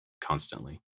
constantly